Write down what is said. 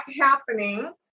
happening